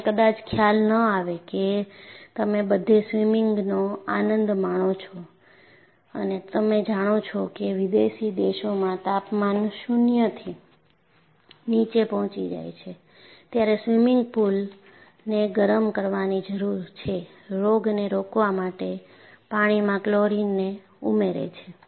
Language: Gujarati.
તમને કદાચ ખ્યાલ ન આવે કે તમે બધે સ્વિમિંગનો આનંદ માણો છો અને તમે જાણો છો કે વિદેશી દેશોમાં તાપમાન શૂન્યથી નીચે પહોંચી જાય છે ત્યારે સ્વિમિંગ પૂલને ગરમ કરવાની જરૂર છે રોગને રોકવા માટે પાણીમાં ક્લોરિનને ઉમેરે છે